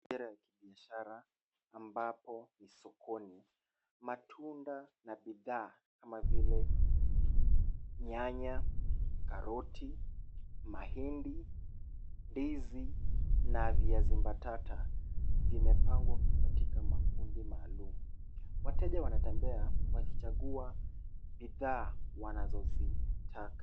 Mazingira ni ya kibiashara ambapo ni sokoni. Matunda na bidhaa kama vile nyanya, katiti, mahindi, ndizi na viazi mbatata, vimepangwa katika makundi maalum. Wateja wanatembea wakichagua bidhaa, wanazozitaka.